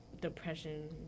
depression